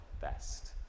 best